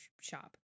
shop